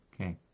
Okay